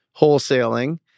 wholesaling